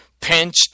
pinched